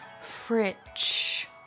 Fritsch